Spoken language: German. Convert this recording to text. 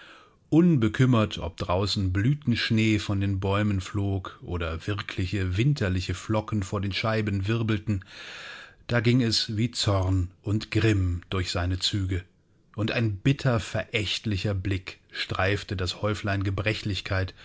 unbekümmert ob draußen blütenschnee von den bäumen flog oder wirkliche winterliche flocken vor den scheiben wirbelten da ging es wie zorn und grimm durch seine züge und ein bitter verächtlicher blick streifte das häuflein